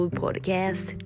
podcast